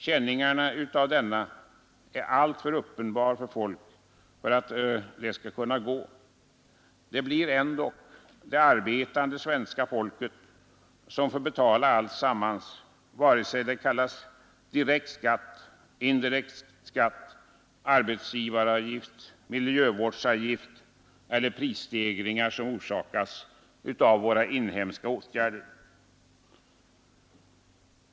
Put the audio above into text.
Känningarna av denna är alltför uppenbara för folk för att det skall kunna gå. Det blir ändock det arbetande svenska folket som får betala alltsammans, vare sig det gäller direkt skatt, indirekt skatt, arbetsavgivaravgift, miljövårdsavgift eller prisstegringar som orsakas av inhemska åtgärder.